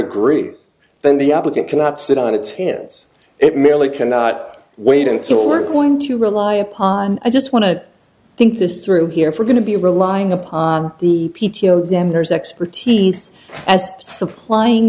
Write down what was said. agree then the applicant cannot sit on its hits it merely cannot wait until we're going to rely upon i just want to think this through here for going to be relying upon the p t o then there's expertise as supplying